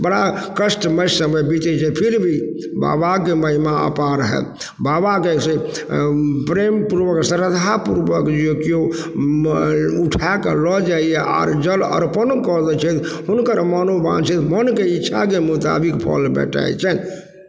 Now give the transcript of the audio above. बड़ा कष्टमय समय बीतय छै फिर भी बाबाके महिमा अपार है बाबाके से प्रेमपूर्वक श्रद्धा पूर्वक जे केओ उठाके लऽ जाइए आओर जल अर्पणो कऽ दै छन्हि हुनकर मनोवाञ्छित मनके इच्छाके मोताबिक फल भेटय छन्हि